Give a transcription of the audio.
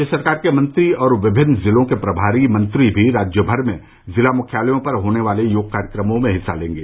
राज्य सरकार के मंत्री और विभिन्न ज़िलों के प्रभारी मंत्री भी राज्य भर में ज़िला मुख्यालयों पर आयोजित होने वाले योग कार्यक्रमों में हिस्सा लेंगे